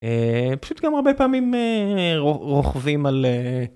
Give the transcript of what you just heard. פשוט גם הרבה פעמים רוכבים על...